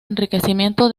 enriquecimiento